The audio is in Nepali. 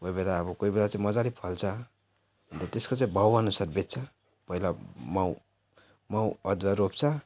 कोही बेला अब कोही बेला चाहिँ मजाले फल्छ अन्त त्यसको चाहिँ भाउ अनुसार बेच्छ पहिला माउ माउ अदुवा रोप्छ